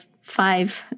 five